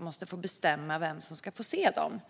måste få bestämma vem som ska få se dem.